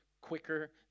quicker